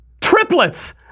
Triplets